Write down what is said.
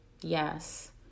Yes